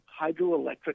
hydroelectric